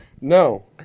No